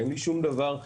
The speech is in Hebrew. אין לי שום דבר,